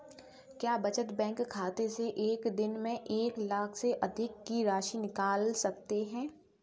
क्या बचत बैंक खाते से एक दिन में एक लाख से अधिक की राशि निकाल सकते हैं?